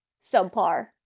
subpar